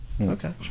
okay